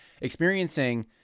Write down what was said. experiencing